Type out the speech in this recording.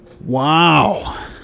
Wow